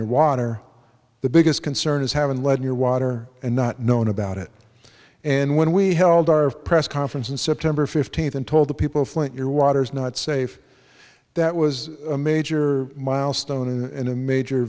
your water the biggest concern is having lead near water and not known about it and when we held our of press conference in september fifteenth and told the people flint your water is not safe that was a major milestone and a major